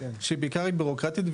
שהיא בעיקר בירוקרטית.